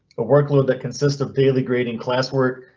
a workload that consists of daily grading, class work,